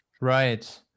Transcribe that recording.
Right